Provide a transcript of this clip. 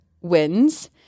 wins